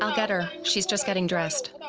i'll get her. she's just getting dressed.